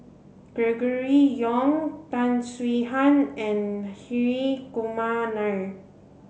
Gregory Yong Tan Swie Hian and Hri Kumar Nair